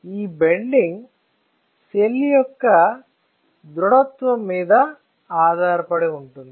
ఈ bending cell యొక్క ఈ దృడత్వం మీద ఆధారపడి ఉంటుంది